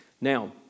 Now